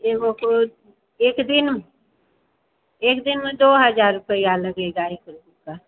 एगो के एक दिन एक दिन में दो हज़ार रूपया लगेगा एक रूम का